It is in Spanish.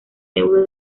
euro